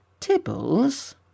Tibbles